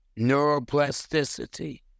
Neuroplasticity